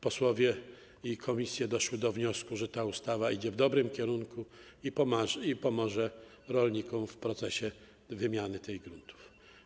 Posłowie i komisje doszli do wniosku, że ta ustawa idzie w dobrym kierunku i pomoże rolnikom w procesie wymiany tych gruntów.